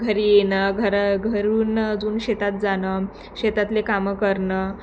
घरी येणं घर घरून अजून शेतात जाणं शेतातले कामं करणं